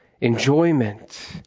enjoyment